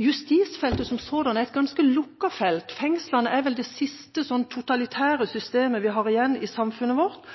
Justisfeltet som sådant er et ganske lukket felt, fengslene er vel det siste totalitære systemet vi har igjen i samfunnet vårt.